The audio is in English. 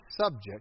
subject